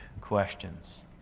questions